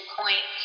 point